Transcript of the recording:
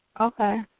Okay